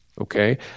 Okay